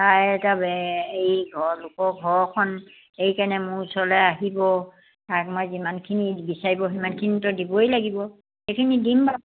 তাই এতিয়া ঘৰ লোকৰ ঘৰখন এইকাৰণে মোৰ ওচৰলে আহিব তাইক মই যিমানখিনি বিচাৰিব সিমানখিনিতো দিবই লাগিব সেইখিনি দিম বাৰু